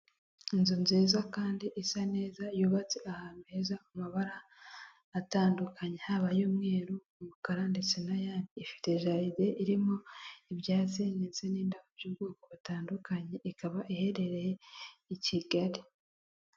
Inzu nziza kandi isa neza yubatse ahantu heza mu mabara atandukanye haba ay'umweru, umukara ndetse n'ayandi, ifite jaride zirimo ibyatsi ndetse n'indabo by'ubwoko butandukanye ikaba iherereye i Kigali.